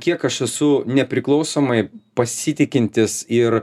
kiek aš esu nepriklausomai pasitikintis ir